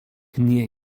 nie